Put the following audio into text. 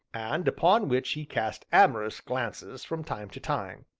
and upon which he cast amorous glances from time to time.